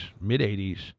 mid-80s